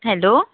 hello